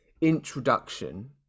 introduction